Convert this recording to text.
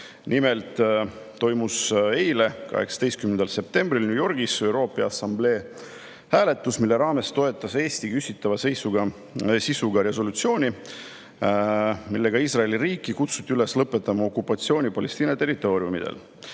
Nimelt toimus eile, 18. septembril New Yorgis ÜRO Peaassamblee hääletus, mille ajal toetas Eesti küsitava sisuga resolutsiooni, millega Iisraeli riiki kutsuti üles lõpetama okupatsiooni Palestiina territooriumidel.